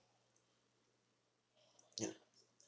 ya